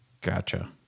Gotcha